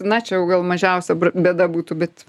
na čia jau gal mažiausia bėda būtų bet